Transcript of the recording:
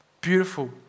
Beautiful